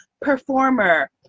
performer